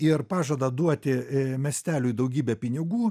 ir pažada duoti miesteliui daugybę pinigų